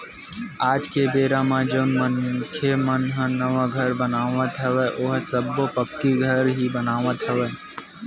आज के बेरा म जउन मनखे मन ह नवा घर बनावत हवय ओहा सब्बो पक्की घर ही बनावत हवय